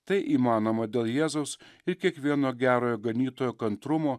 tai įmanoma dėl jėzaus ir kiekvieno gerojo ganytojo kantrumo